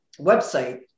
website